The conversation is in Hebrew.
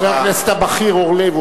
חבר הכנסת הבכיר אורלב,